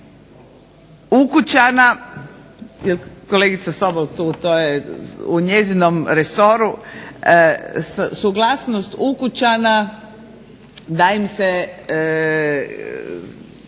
ukućana kolegica Sobol to je u njezinom resoru, suglasnost ukućana da im se